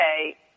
okay